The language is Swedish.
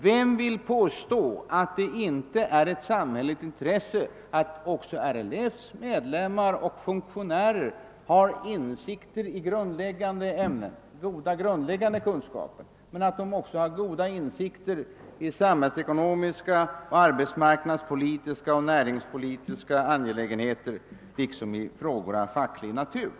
Vem vill påstå att det inte är ett samhälleligt intresse att RLF:s medlemmar och funktionärer har goda insikter inte bara i grundläggande ämnen utan också i samhällsekonomiska, arbetsmarknadspolitiska och näringspolitiska angelägenheter liksom i frågor av facklig natur?